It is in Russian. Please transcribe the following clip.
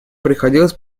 приходилось